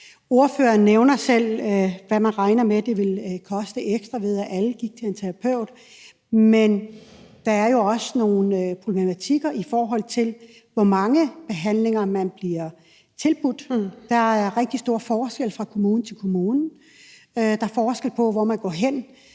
Ordføreren nævner selv, hvad man regner med det ville koste ekstra, hvis alle gik til en terapeut; men der er jo også nogle problematikker, i forhold til hvor mange behandlinger man bliver tilbudt. Der er rigtig stor forskel fra kommune til kommune. Der er forskel på, hvor man går hen,